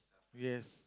yes